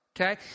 Okay